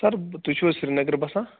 سَر تُہۍ چھُو حظ سریٖنگرٕ بَسان